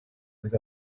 with